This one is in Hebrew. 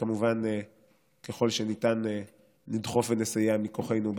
וכמובן לדחוף ולסייע ככל שניתן מכוחנו בכנסת.